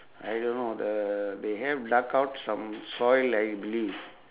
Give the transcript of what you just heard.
I don't know the they have dug out some soil I believe